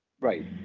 right